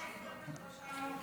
כבר עייפה.